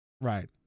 Right